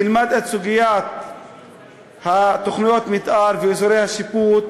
תלמד את סוגיית תוכניות המתאר ואזורי השיפוט,